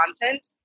content